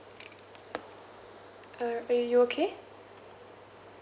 uh we you okay